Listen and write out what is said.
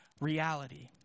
reality